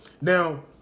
Now